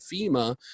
FEMA